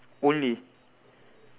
only